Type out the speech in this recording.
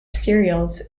cereals